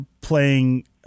playing